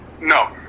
no